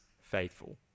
faithful